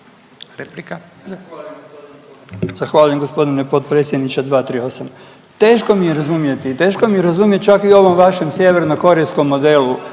replika.